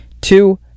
Two